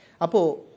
Apo